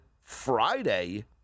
Friday